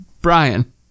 Brian